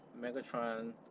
Megatron